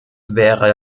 wäre